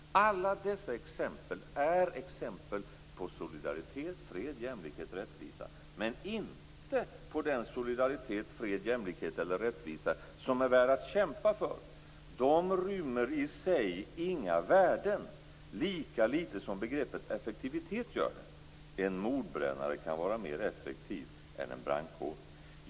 Alla dessa exempel är exempel på solidaritet, fred, jämlikhet, rättvisa, men inte på den solidaritet, fred, jämlikhet eller rättvisa som är värd att kämpa för. De rymmer i sig inga värden, lika lite som begreppet effektivitet gör det. En mordbrännare kan vara mer effektiv än en brandkår."